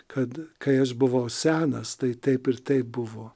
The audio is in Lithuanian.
kad kai aš buvau senas tai taip ir taip buvo